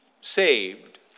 saved